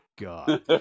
God